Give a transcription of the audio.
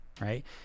right